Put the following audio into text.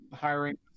hiring